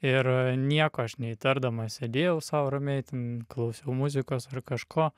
ir nieko aš neįtardamas sėdėjau sau ramiai ten klausiau muzikos ar kažko